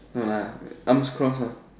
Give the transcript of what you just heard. no lah arms crossed lah